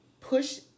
push